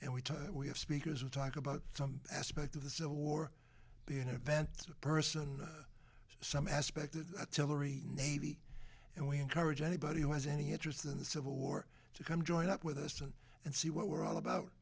talk we have speakers who talk about some aspect of the civil war being events a person some aspect of a tillery navy and we encourage anybody who has any interest in the civil war to come join up with us and and see what we're all about